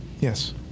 Yes